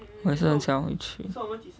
我也是很想回去